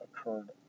occurred